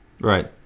Right